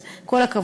אז כל הכבוד.